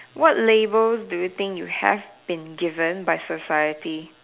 what label do you think you have been given by society